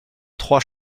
trois